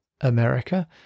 America